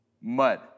Mud